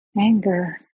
anger